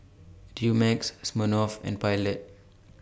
Dumex Smirnoff and Pilot